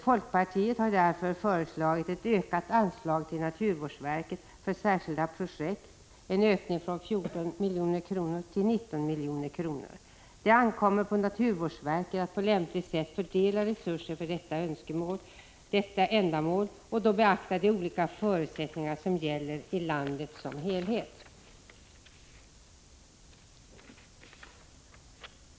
Folkpartiet har därför föreslagit ett ökat anslag till naturvårdsverket för särskilda projekt, en ökning från 14 milj.kr. till 19 milj.kr. Det bör ankomma på naturvårdsverket att på lämpligt sätt fördela resurser för detta ändamål och då beakta de olika förutsättningar som gäller i landet som helhet.